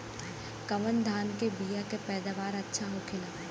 कवन धान के बीया के पैदावार अच्छा होखेला?